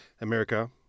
America